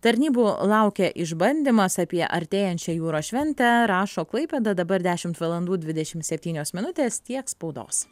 tarnybų laukia išbandymas apie artėjančią jūros šventę rašo klaipėda dabar dešimt valandų dvidešim septynios minutės tiek spaudos